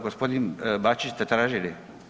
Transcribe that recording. Gospodin Bačić ste tražili?